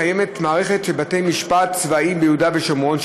קיימת מערכת של בתי-משפט צבאיים ביהודה ושומרון,